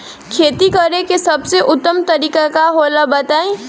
खेती करे के सबसे उत्तम तरीका का होला बताई?